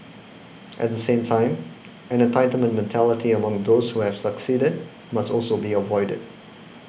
at the same time an entitlement mentality among those who have succeeded must also be avoided